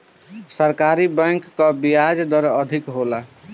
सरकारी बैंक कअ बियाज दर अधिका होला